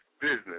business